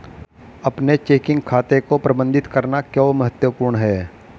अपने चेकिंग खाते को प्रबंधित करना क्यों महत्वपूर्ण है?